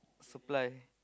supply